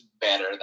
better